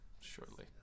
shortly